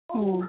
ꯎꯝ